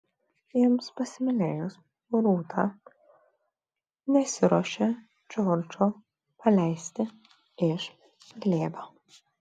jiems pasimylėjus rūta nesiruošė džordžo paleisti iš glėbio